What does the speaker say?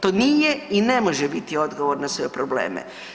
To nije i ne može biti odgovor na sve probleme.